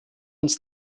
uns